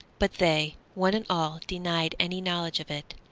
but they one and all denied any knowledge of it.